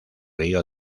río